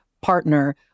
partner